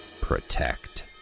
Protect